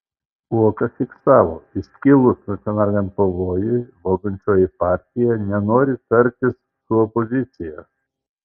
uoka fiksavo iškilus nacionaliniam pavojui valdančioji partija nenori tartis su opozicija